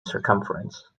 circumference